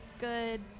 good